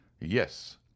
Yes